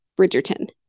Bridgerton